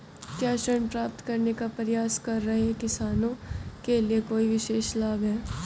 क्या ऋण प्राप्त करने का प्रयास कर रहे किसानों के लिए कोई विशेष लाभ हैं?